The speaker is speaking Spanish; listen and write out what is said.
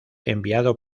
enviado